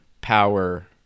power